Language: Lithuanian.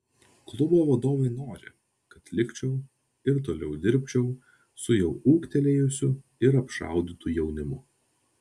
klubo vadovai nori kad likčiau ir toliau dirbčiau su jau ūgtelėjusiu ir apšaudytu jaunimu